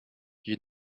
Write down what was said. you